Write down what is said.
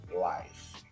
life